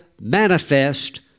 manifest